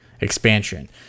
expansion